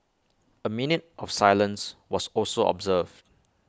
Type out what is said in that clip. A minute of silence was also observed